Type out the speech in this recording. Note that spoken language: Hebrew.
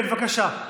כן, בבקשה,